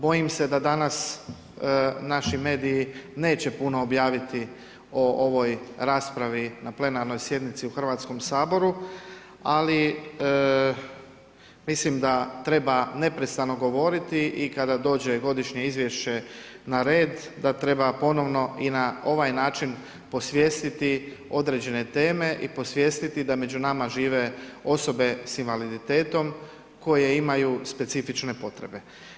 Bojim se da danas naši mediji neće puno objaviti o ovoj raspravi na plenarnoj sjednici u Hrvatskom saboru, ali mislim da treba neprestano govoriti i kada dođe godišnje izvješće na red da treba ponovno i na ovaj način posvijestiti određene teme i posvijestiti da među nama žive osobe s invaliditetom koje imaju specifične potrebe.